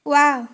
wow